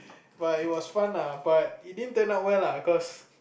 but it was fun lah but it didn't turn out well lah cause